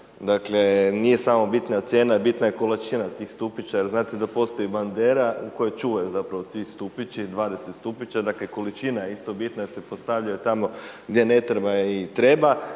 dakle, nije samo bitna cijena, bitna je količina tih stupića, jel znate da postoji bandera u kojoj čuvaju zapravo ti stupići, 20 stupića, dakle, količina je isto bitna, jer se postavlja tamo gdje ne treba i treba.